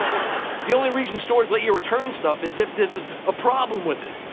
the only reason stores let you return stuff is if there's a problem with it.